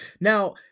Now